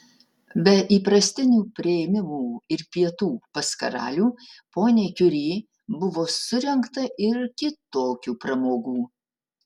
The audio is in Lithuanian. be įprastinių priėmimų ir pietų pas karalių poniai kiuri buvo surengta ir kitokių pramogų